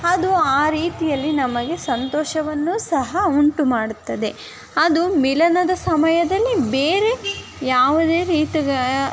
ಅದು ಆ ರೀತಿಯಲ್ಲಿ ನಮಗೆ ಸಂತೋಷವನ್ನು ಸಹ ಉಂಟು ಮಾಡುತ್ತದೆ ಅದು ಮಿಲನದ ಸಮಯದಲ್ಲಿ ಬೇರೆ ಯಾವುದೇ ರೀತಿಯ